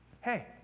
hey